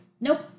Nope